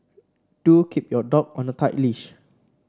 do keep your dog on a tight leash